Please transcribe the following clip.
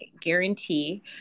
guarantee